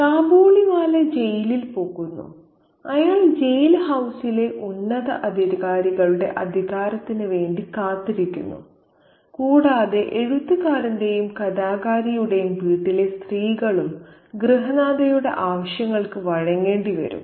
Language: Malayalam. കാബൂളിവാല ജയിലിൽ പോകുന്നു അയാൾ ജയിൽ ഹൌസിലെ ഉന്നത അധികാരികളുടെ അധികാരത്തിന് വേണ്ടി കാത്തിരിക്കുന്നു കൂടാതെ എഴുത്തുകാരന്റെയും കഥാകാരിയുടെയും വീട്ടിലെ സ്ത്രീകളും ഗൃഹനാഥയുടെ ആവശ്യങ്ങൾക്ക് വഴങ്ങേണ്ടി വരും